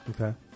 Okay